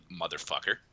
motherfucker